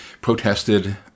protested